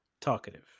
talkative